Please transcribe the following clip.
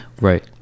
Right